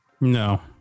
No